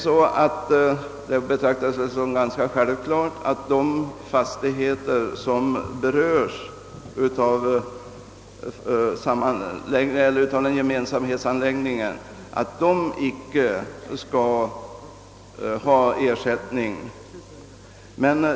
Det betraktas väl som ganska självklart att ägarna till de fastigheter som beröres av en gemensamhetsanläggning inte skall ha ersättning.